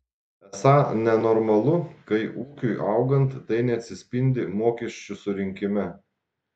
esą nenormalu kai ūkiui augant tai neatsispindi mokesčių surinkime